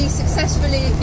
successfully